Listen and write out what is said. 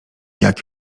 jak